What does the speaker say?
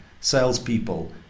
salespeople